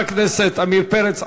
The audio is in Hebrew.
חבר הכנסת עמיר פרץ,